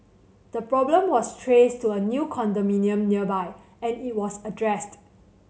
the problem was traced to a new condominium nearby and it was addressed